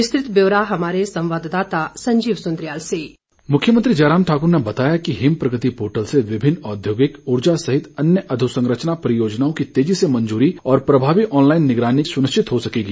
विस्तृत ब्यौरा हमारे संवाददाता संजीव सुंदरियाल से मुख्यमंत्री जयराम ठाकर ने बताया कि हिम प्रगति पोर्टल से विभिन्न औद्योगिक ऊर्जा सहित अन्य अधोसंरचना परियोजनाओं की तेजी से मंजूरी और प्रभावी ऑन लाईन निगरानी सुनिश्चित हो सकेगी